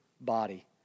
body